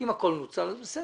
אם הכול נוצל, אז בסדר.